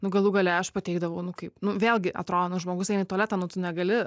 nu galų gale aš pateikdavau nu kaip vėlgi atrodo nu žmogus eina tualetą nu negali